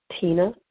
Tina